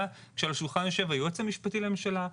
כשעל השולחן יושב היועץ המשפטי לממשלה,